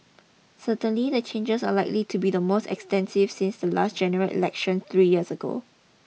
certainly the changes are likely to be the most extensive since the last general election three years ago